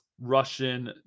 Russian